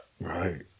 Right